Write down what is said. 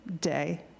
day